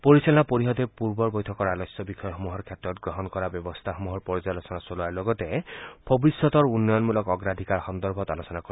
পৰিচালনা পৰিষদে পূৰ্বৰ বৈঠকৰ আলোচ্য বিষয়সমূহৰ ক্ষেত্ৰত গ্ৰহণ কৰা ব্যৱস্থাসমূহৰ পৰ্যালোচনা চলোৱাৰ লগতে ভৱিষ্যতৰ উন্নয়নমূলক অগ্ৰাধিকাৰ সন্দৰ্ভত আলোচনা কৰিব